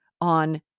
on